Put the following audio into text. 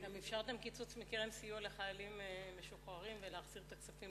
אתם אפשרתם קיצוץ בקרן סיוע לחיילים משוחררים והחזרת הכספים לאוצר.